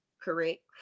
Correct